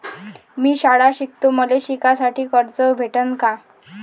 मी शाळा शिकतो, मले शिकासाठी कर्ज भेटन का?